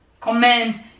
command